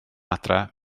adre